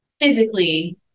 physically